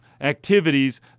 activities